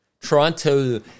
Toronto